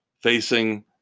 facing